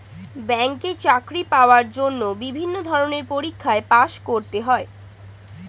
ব্যাংকে চাকরি পাওয়ার জন্য বিভিন্ন ধরনের পরীক্ষায় পাস করতে হয়